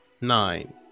Nine